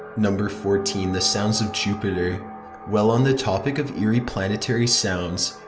number fourteen. the sounds of jupiter while on the topic of eerie planetary sounds,